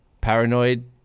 Paranoid